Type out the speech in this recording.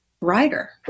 writer